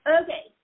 Okay